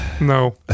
No